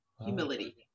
Humility